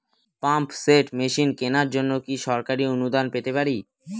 Pump set machine কেনার জন্য কি সরকারি অনুদান পেতে পারি?